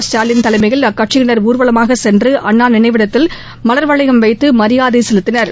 ஸ்டாலின் தலைமையில் அக்கட்சியினர் ஊர்வலமாக சென்று அண்ணா நினைவிடத்தில் மலர் வளையம் வைத்து மரியாதை செலுத்தினர்